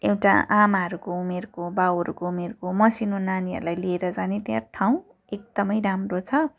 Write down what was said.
एउटा आमाहरूको उमेरको बाउहरूको उमेरको मसिनो नानीहरूलाई लिएर जाने त्या ठाउँ एकदमै राम्रो छ